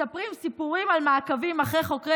מספרים סיפורים על מעקבים אחרי חוקרי